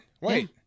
Wait